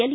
L